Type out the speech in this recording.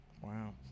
wow